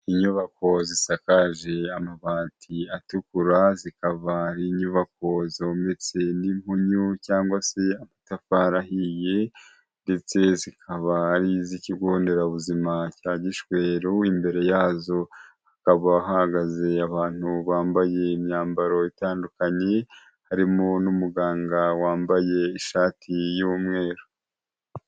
Inyubako zisakaje amabati atukura zikaba ari inyubako zometse n'impunyu cyangwa se amatafari ahiye ndetse zikaba ari iz'ikigo nderabuzima cya gishweru imbere yazo hakaba hahagaze abantu bambaye imyambaro itandukanye harimo n'umuganga wambaye ishati y'umweru.